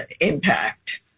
impact